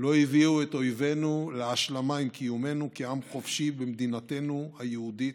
לא הביאו את אויבינו להשלמה עם קיומנו כעם חופשי במדינתנו היהודית,